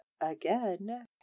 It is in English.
again